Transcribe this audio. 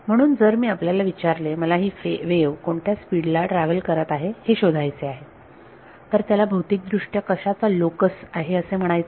म्हणून जर मी आपल्याला विचारले मला ही वेव्ह कोणत्या स्पीड ला ट्रॅव्हल करत आहे हे शोधायचे आहे तर त्याला भौतिक दृष्ट्या कशाचा लोकस आहे असे म्हणायचे